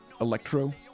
Electro